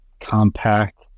compact